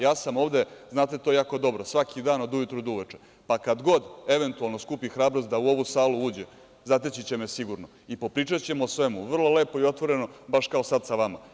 Ja sam ovde, znate to jako dobro, svaki dan od ujutru do uveče, pa kad god, eventualno, skupi hrabrost da u ovu salu uđe, zateći će me sigurno i popričaćemo o svemu, vrlo lepo i otvoreno, baš kao sad sa vama.